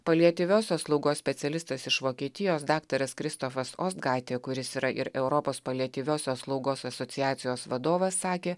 paliatyviosios slaugos specialistas iš vokietijos daktaras kristofas ostgaite kuris yra ir europos paliatyviosios slaugos asociacijos vadovas sakė